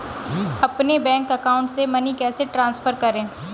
अपने bank account से money कैसे ट्रांसफर करें?